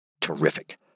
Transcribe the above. Terrific